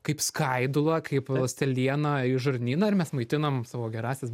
kaip skaidula kaip ląsteliena į žarnyną ir mes maitinam savo gerąsias